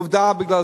בגלל זה,